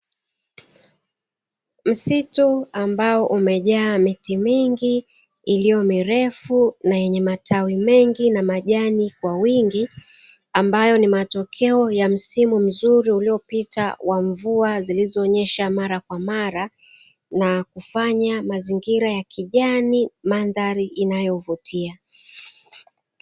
Msitu ambao umejaa miti mingi iliyo mirefu na yenye matawi mengi na majani kwa wingi, ambayo ni matokeo ya msimu mzuri uliopita wa mvua zilizonyesha mara kwa mara na kufanya mazingira ya kijani mandhari inayovutia.